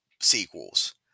sequels